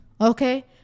Okay